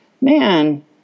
man